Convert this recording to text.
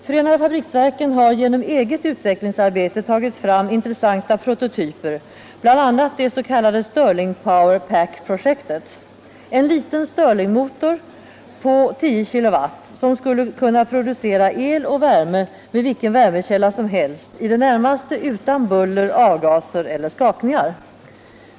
Förenade fabriksverken har genom eget utvecklingsarbete tagit fram intressanta prototyper, bl.a. det s.k. Stirling-Power-Pack-projektet, en liten stirlingmotor på 10 kW som skulle kunna producera el och värme med vilken värmekälla som helst, i det närmaste helt utan buller, avgaser eller skakningar.